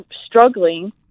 struggling